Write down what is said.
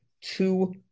two